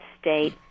state